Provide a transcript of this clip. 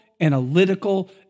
analytical